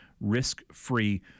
risk-free